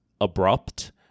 abrupt